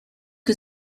que